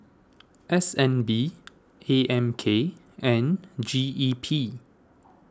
S N B A M K and G E P